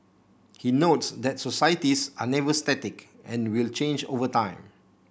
he notes that societies are never static and will change over time